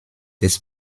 des